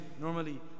normally